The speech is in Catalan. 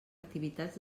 activitats